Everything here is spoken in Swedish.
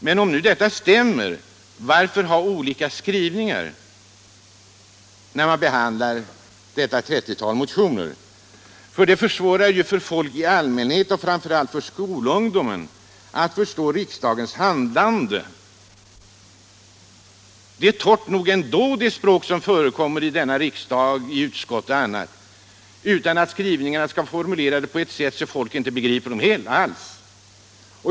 Men om detta stämmer, varför då ha olika skrivningar när man behandlar detta 30-tal motioner? Det försvårar för folk i allmänhet, och framför allt för skolungdomen, att förstå riksdagens handlande. Det språk som förekommer i denna riksdag i utskott och i andra sammanhang är minsann torrt nog ändå utan att skrivningarna skall behöva vara formulerade på ett sådant sätt att folk inte begriper dem alls.